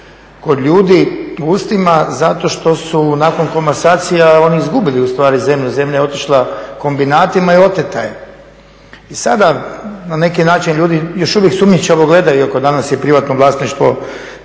kod ljudi u ustima zato što su nakon komasacija oni izgubili zemlju. Zemlja je otišla kombinatima i oteta je. I sada još uvijek na neki način ljudi sumnjičavo gledaju, iako je danas privatno vlasništvo ipak